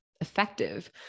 effective